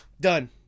done